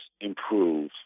improve